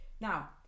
Now